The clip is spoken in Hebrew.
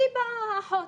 והיא באה, האחות,